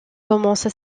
commence